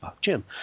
Jim